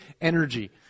energy